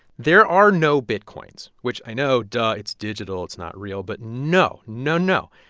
there are no bitcoins, which i know duh. it's digital. it's not real. but no. no, no.